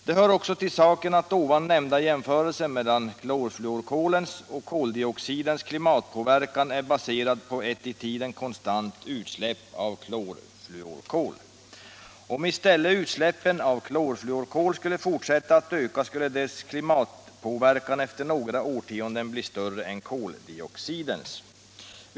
Det hör också till saken att den ovan nämnda jämförelsen mellan klorfluorkolens och koldioxidens klimatpåverkan är baserad på ett i tiden konstant utsläpp av klorfluorkol. Om i stället utsläppen av klorfluorkol skulle fortsätta att öka skulle deras klimatpåverkan efter några årtionden bli större än koldioxidens.